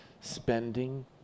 Spending